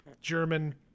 German